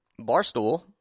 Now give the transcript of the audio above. Barstool